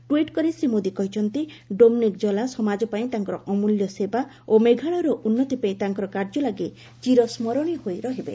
tweet କରି ଶ୍ରୀ ମୋଦୀ କହିଛନ୍ତି Dominic Jala ସମାଜ ପାଇଁ ତାଙ୍କର ଅମ୍ବଲ୍ୟ ସେବା ଓ ମେଘାଳୟର ଉନ୍ନତି ପାଇଁ ତାଙ୍କର କାର୍ଯ୍ୟ ଲାଗି ଚିରସ୍କରଣୀୟ ହୋଇ ରହିବେ